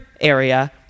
area